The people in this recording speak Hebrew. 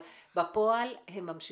אבל בפועל הם ממשיכים.